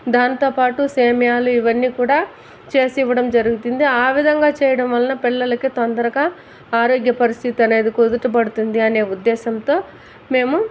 దానితోపాటు సేమ్యాలు ఇవన్నీ కూడా చేసివ్వడం జరుగుతుంది ఆవిధంగా చేయడం వలన పిల్లలకి తొందరగా ఆరోగ్య పరిస్థితి అనేది కుదుట పడుతుంది అనే ఉద్దేశ్యంతో మేము